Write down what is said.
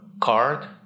card